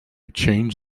change